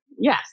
Yes